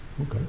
Okay